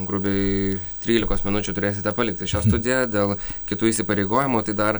grubiai trylikos minučių turėsite palikti šią studiją dėl kitų įsipareigojimų tai dar